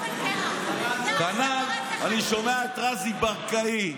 כנ"ל רזי ברקאי,